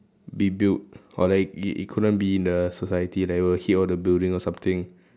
be built or like it it couldn't be in the society level hit all the building or something